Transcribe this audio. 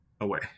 away